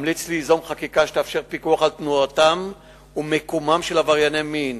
אמליץ ליזום חקיקה שתאפשר פיקוח על תנועתם ומיקומם של עברייני מין,